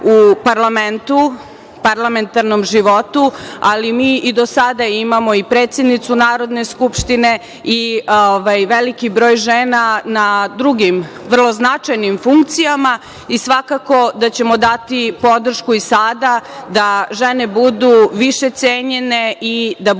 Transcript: u parlamentu, parlamentarnom životu, ali mi i do sada imamo i predsednicu Narodne skupštine i veliki broj žena na drugim, vrlo značajnim funkcijama, i svakako da ćemo dati podršku i sada da žene budu više cenjene i da budu